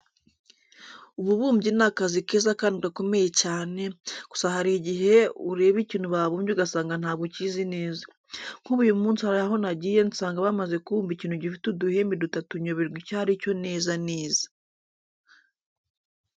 Ububumbyi ni akazi keza kandi gakomeye cyane, gusa hari igihe ureba ikintu babumbye ugasanga ntabwo ukizi neza. Nk'ubu uyu munsi hari aho nagiye nsanga bamaze kubumba ikintu gifite uduhembe dutatu nyoberwa icyo ari cyo neza neza.